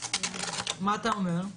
מה אתה אומר?